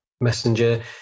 Messenger